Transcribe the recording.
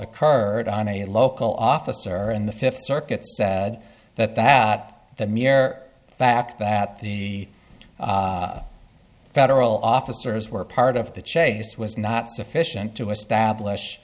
occurred on a local officer and the fifth circuit said that that that mere fact that the federal officers were part of the chase was not sufficient to establish